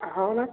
हो ना